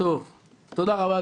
תודה רבה,